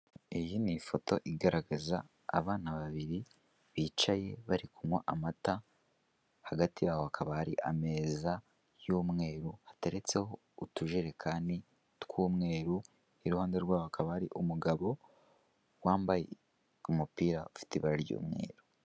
Iyi ni ifoto igaragaza abana babiri bicaye bari kunywa amata, hagati yabo hakaba hari ameza y'umweru hateretseho utujerekani tw'umweru, iruhande rwaho hakaba hari umugabo wambaye umupira ufite ibara ry'umweru.